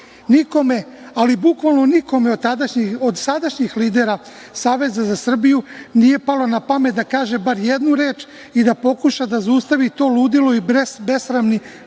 Nikome, ali bukvalno nikome od sadašnjih lidera Saveza za Srbiju nije palo napamet da kaže bar jednu reč i da pokuša da zaustavi to ludilo i besramni